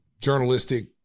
journalistic